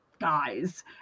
guys